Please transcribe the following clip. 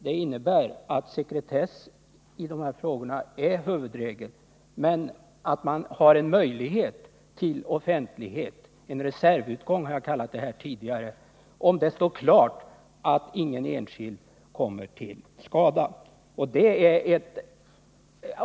Det innebär att sekretess i dessa frågor är huvudregel men att man har en möjlighet till offentlighet — en reservutgång har jag kallat detta tidigare — om det står klart att ingen enskild kommer till skada.